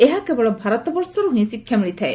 ଏହା କେବଳ ଭାରତବର୍ଷରୁ ହି ଶିକ୍ଷା ମିଳିଥାଏ